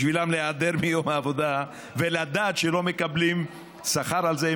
בשבילם להיעדר מיום העבודה ולדעת שלא מקבלים שכר על זה,